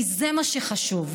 כי זה מה שחשוב.